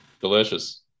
Delicious